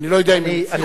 אני לא יודע אם הם הצליחו.